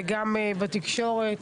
וגם בתקשורת,